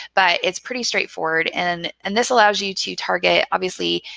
but it's pretty straight forward. and, and this allows you to target, obviously,